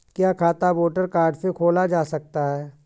क्या खाता voter card से खोला जा सकता है?